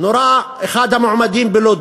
נורה אחד המועמדים בלוד,